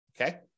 okay